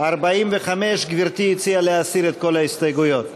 סעיף 45, גברתי הציעה להסיר את כל ההסתייגויות.